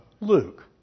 Luke